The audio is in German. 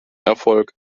erfolg